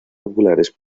populares